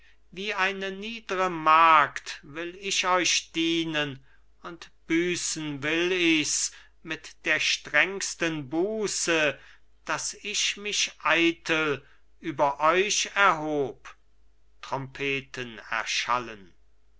wie eine niedre magd will ich euch dienen und büßen will ichs mit der strengsten buße daß ich mich eitel über euch erhob trompeten erschallen